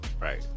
Right